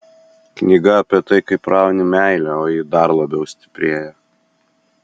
knyga apie tai kaip rauni meilę o ji dar labiau stiprėja